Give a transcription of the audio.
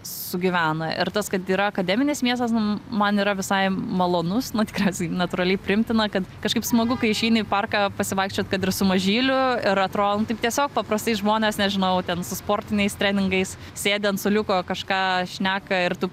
sugyvena ir tas kad yra akademinis miestas nu man yra visai malonus nu tikriausiai natūraliai priimtina kad kažkaip smagu kai išeini į parką pasivaikščiot kad ir su mažyliu ir atro nu taip tiesiog paprastai žmonės nežinau ten su sportiniais treningais sėdi ant suoliuko kažką šneka ir tu